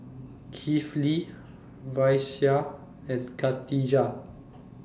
Kifli Raisya and Khatijah